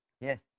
Yes